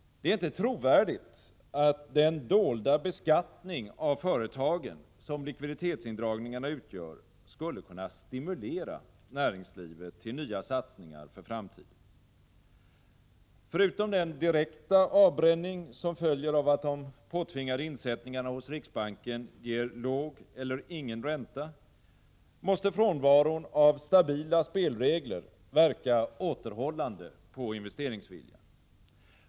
Det är inte trovärdigt att den dolda beskattning av företagen som likviditetsindragningarna utgör skulle kunna stimulera näringslivet till nya satsningar för framtiden. Förutom att den direkta avbränning som följer av att de påtvingade insättningarna hos riksbanken ger låg eller ingen ränta måste frånvaron av stabila spelregler verka återhållande på investeringsviljan.